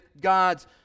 god's